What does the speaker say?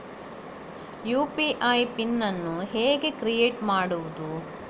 UPI PIN ಅನ್ನು ಹೇಗೆ create ಮಾಡುದು?